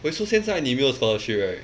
oh so 现在你没有 scholarship right